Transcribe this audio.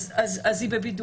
אז היא בבידוד.